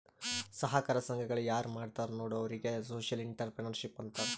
ಸಹಕಾರ ಸಂಘಗಳ ಯಾರ್ ಮಾಡ್ತಾರ ನೋಡು ಅವ್ರಿಗೆ ಸೋಶಿಯಲ್ ಇಂಟ್ರಪ್ರಿನರ್ಶಿಪ್ ಅಂತಾರ್